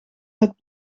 het